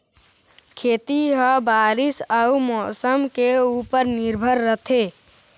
खेती ह बारीस अऊ मौसम के ऊपर निर्भर रथे